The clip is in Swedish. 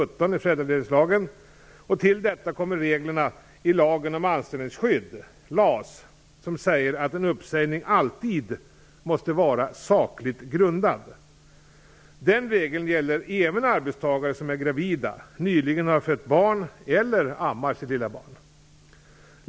Till detta kommer reglerna i lagen om anställningsskydd , som säger att en uppsägning alltid måste vara sakligt grundad. Den regeln gäller även arbetstagare som är gravida, nyligen har fött barn eller ammar sitt lilla barn.